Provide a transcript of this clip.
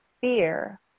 fear